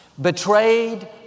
Betrayed